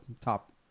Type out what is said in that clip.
top